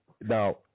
Now